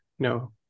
No